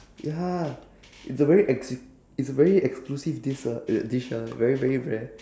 ya it's a very exc~ it's a very exclusive dis~ ah dish ah very very rare